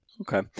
Okay